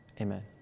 Amen